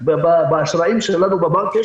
באשראי שלנו בבנק,